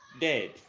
dead